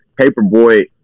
Paperboy